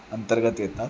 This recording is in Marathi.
अंतर्गत येतात